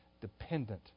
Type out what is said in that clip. dependent